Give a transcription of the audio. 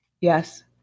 Yes